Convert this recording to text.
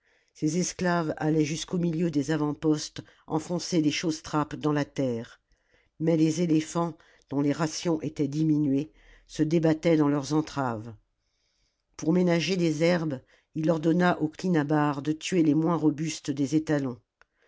ses esclaves allaient jusqu'au milieu des avant-postes enfoncer les chaussetrapes dans la terre mais les éléphants dont les rations étaient diminuées se débattaient dans leurs entraves pour ménager les herbes il ordonna aux clinabares de tuer les moins robustes des étalons